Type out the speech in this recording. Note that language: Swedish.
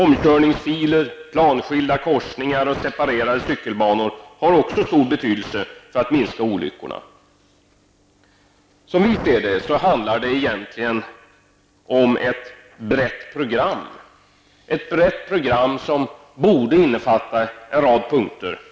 Omkörningsfiler, planskilda korsningar och separerade cykelbanor har också stor betydelse när det gäller att minska antalet olyckor. Som vi ser detta handlar det egentligen om ett brett program, som borde innefatta en rad punkter.